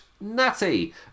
Natty